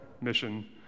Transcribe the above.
mission